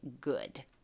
good